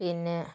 പിന്നെ